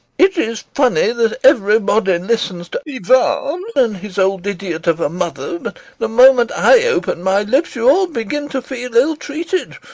it is funny that everybody listens to ivan and his old idiot of a mother, but the moment i open my lips you all begin to feel ill-treated.